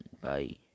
bye